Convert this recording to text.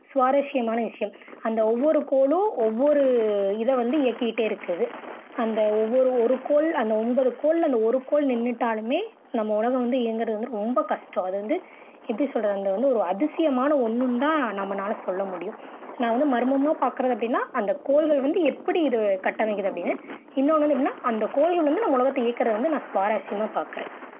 சுவாரஸ்யமான விஷயம் அந்த ஒவ்வொரு கோளும் ஒவ்வொரு இதை வந்து இயக்கிக்கிட்டே இருக்குது அந்த ஒவ்வொரு ஒரு கோள் அந்த ஒம்போது கோளில் அந்த ஒரு கோள் நின்னுட்டாலும் நம்ம உலகம் வந்து இயங்குறது வந்து ரொம்ப கஷ்டம் அது வந்து எப்படி சொல்கிறது அந்த வந்து ஒரு அதிசயமான ஒன்றுன்னு தான் நம்மளால சொல்ல முடியும் நான் வந்து மர்மமாக பாக்கிறது அப்படின்னா அந்த கோள்கள் வந்து எப்படி இது கட்டமைக்குது அப்படின்னு இன்னொன்று வந்து எப்படினா அந்த கோள்கள் வந்து நம்ம உலகத்தை இயக்குறது வந்து நான் சுவாரசியமாக பாக்கிறேன்